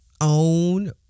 own